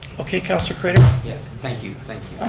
okay councilor craitor. yeah thank you, thank you.